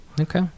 Okay